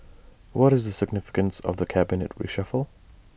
what is the significance of the cabinet reshuffle